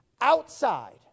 outside